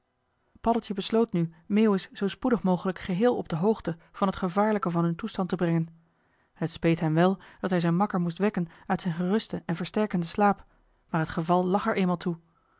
besloot nu meeuwis zoo spoedig mogelijk geheel op de hoogte van het gevaarlijke van hun toestand te brengen het speet hem wel dat hij zijn makker moest wekken uit zijn gerusten en versterkenden slaap maar t geval lag er eenmaal toe